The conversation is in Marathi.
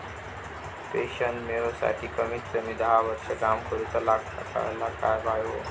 पेंशन मिळूसाठी कमीत कमी दहा वर्षां काम करुचा लागता, कळला काय बायो?